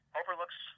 overlooks